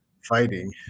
fighting